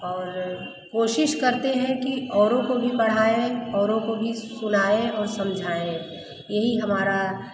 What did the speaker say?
और कोशिश करते हैं कि औरों को भी पढ़ाएँ औरों को भी सुनाएँ और समझाएँ यही हमारा